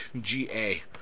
G-A